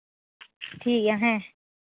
ᱴᱷᱤᱠ ᱜᱮᱭᱟ ᱦᱮᱸ